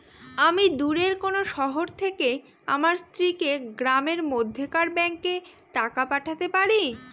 আমি দূরের কোনো শহর থেকে আমার স্ত্রীকে গ্রামের মধ্যেকার ব্যাংকে টাকা পাঠাতে পারি?